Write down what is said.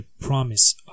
promise